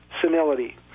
Senility